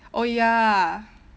oh ya